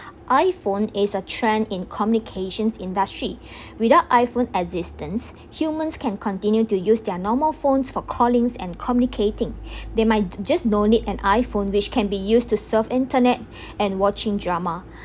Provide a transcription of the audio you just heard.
iphone is a trend in communications industry without iphone existence humans can continue to use their normal phones for callings and communicating they might just no need an iphone which can be used to surf internet and watching drama